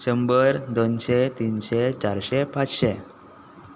शंबर दोनशें तिनशें चारशें पांचशें